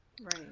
Right